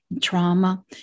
trauma